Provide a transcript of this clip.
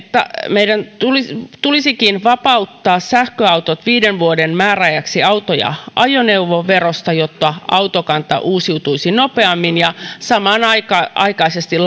meidän tulisikin vapauttaa sähköautot viiden vuoden määräajaksi auto ja ajoneuvoverosta jotta autokanta uusiutuisi nopeammin ja samanaikaisesti